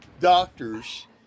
doctors